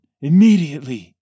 immediately